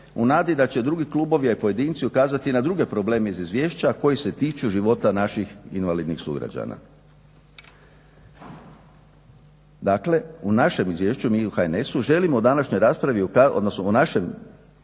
u nadi da će drugi klubovi, a i pojedinci ukazati na druge probleme iz izvješća koji se tiču života naših invalidnih sugrađana. Dakle, u našem izvješću, mi u HNS-u želimo u današnjoj raspravi, odnosno u našem